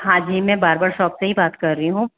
हाँ जी मैं बार बार शॉप से ही बात कर रही हूँ